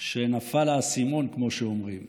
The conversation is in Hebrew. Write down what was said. שנפל האסימון, כמו שאומרים,